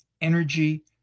energy